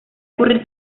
ocurrir